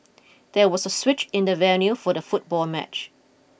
there was a switch in the venue for the football match